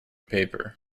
paper